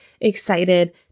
excited